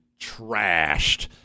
trashed